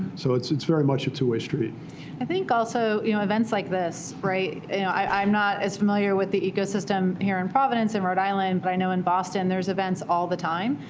so it's it's very much a two-way street. deb i think also you know events like this i'm not as familiar with the ecosystem here and providence and rhode island, but i know in boston, there's events all the time.